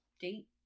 date